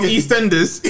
EastEnders